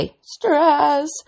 stress